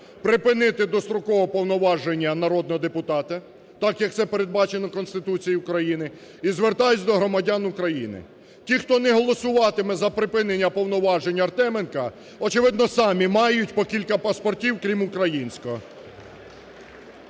припинити достроково повноваження народного депутата, так як це передбачено Конституцією України. І звертаюся до громадян України: ті, хто не голосуватиме за припинення повноважень Артеменка, очевидно, самі мають по кілька паспортів, крім українського.